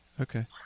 Okay